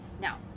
now